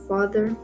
Father